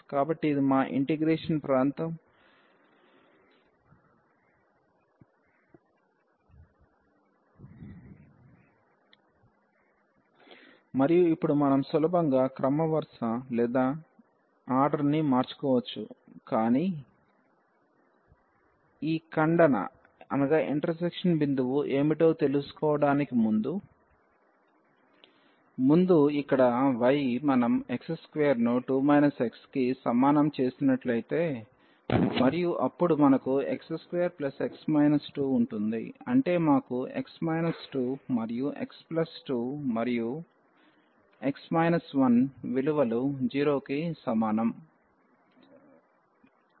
కాబట్టి ఇది మా ఇంటిగ్రేషన్ ప్రాంతం మరియు ఇప్పుడు మనం సులభంగా క్రమ వరుస లేదా ఆర్డర్ ని మార్చుకోవచ్చు కానీ ఈ ఖండన బిందువు ఏమిటో తెలుసుకోవడానికి ముందు ఇక్కడ y మనం x2 ను 2 x కి సమానం చేసినట్లైతే మరియు అప్పుడు మనకు x2x 2 ఉంటుంది అంటే మాకు x 2 మరియు x2 మరియు విలువలు 0 కి సమానం